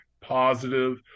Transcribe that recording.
positive